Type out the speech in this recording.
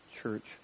church